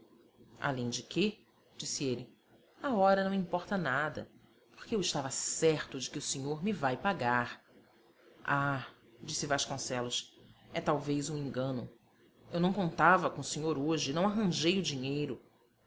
além de que disse ele a hora não importa nada porque eu estava certo de que o senhor me vai pagar ah disse vasconcelos é talvez um engano eu não contava com o senhor hoje e não arranjei o dinheiro